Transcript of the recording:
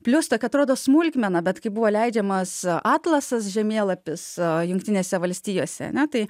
plius tokia atrodo smulkmena bet kai buvo leidžiamas atlasas žemėlapis jungtinėse valstijose ane tai